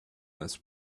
this